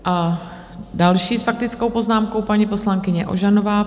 A další s faktickou poznámkou paní poslankyně Ožanová.